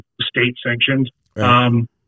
state-sanctioned